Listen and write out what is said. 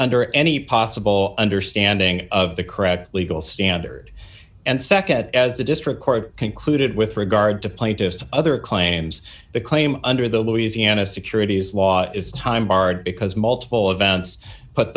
under any possible understanding of the correct legal standard and nd as the district court concluded with regard to plaintiff's other claims the claim under the louisiana securities law is time barred because multiple events put